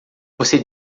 você